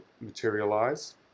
materialize